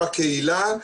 בקהילה,